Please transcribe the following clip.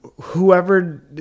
whoever –